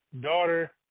daughter